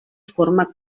forma